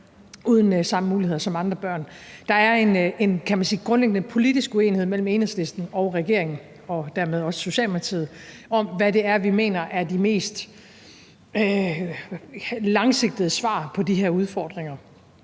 de samme muligheder som andre børn. Der er en – kan man sige – grundlæggende politisk uenighed mellem Enhedslisten og regeringen og dermed også Socialdemokratiet om, hvad det er, vi mener er de mest langsigtede svar på de her udfordringer,